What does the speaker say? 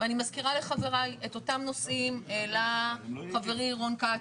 ואני מזכירה לחבריי את אותם נושאים העלה חברי רון כץ,